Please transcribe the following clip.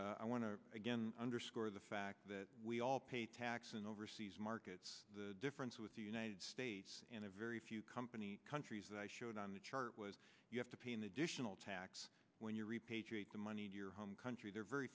again i want to again underscore the fact that we all pay tax and overseas markets the difference with the united states in a very few companies countries that i showed on the chart was you have to pay an additional tax when you repatriate the money to your home country there are very